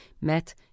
met